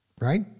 Right